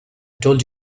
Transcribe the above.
told